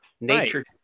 nature